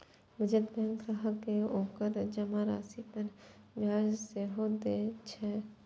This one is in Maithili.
बचत बैंक ग्राहक कें ओकर जमा राशि पर ब्याज सेहो दए छै